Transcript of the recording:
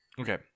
Okay